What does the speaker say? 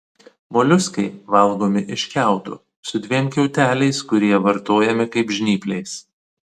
moliuskai valgomi iš kiauto su dviem kiauteliais kurie vartojami kaip žnyplės